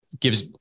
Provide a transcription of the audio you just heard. gives